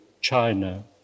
China